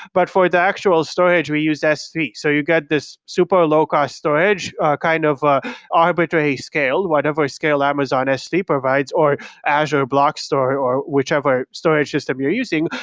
but for the actual storage we use s three. so you get this super low-cost storage kind of ah arbitrary scale, whatever scale amazon s three provides, or azure block store or whichever storage system you're using.